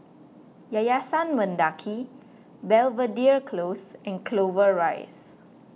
Yayasan Mendaki Belvedere Close and Clover Rise